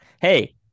Hey